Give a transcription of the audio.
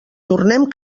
tornem